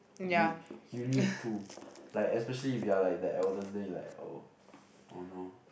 you need to like especially if you're like the eldest then you like oh oh no